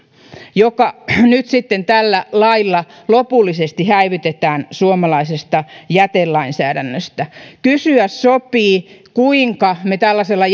joka nyt sitten tällä lailla lopullisesti häivytetään suomalaisesta jätelainsäädännöstä kysyä sopii kuinka me tällaisella